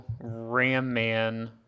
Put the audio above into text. Ramman